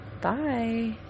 Bye